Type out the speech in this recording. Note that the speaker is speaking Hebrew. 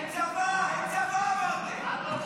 אין צבא, אין צבא, אמרתם.